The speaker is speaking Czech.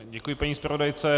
Děkuji paní zpravodajce.